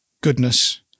goodness